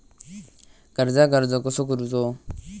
कर्जाक अर्ज कसो करूचो?